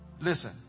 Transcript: Listen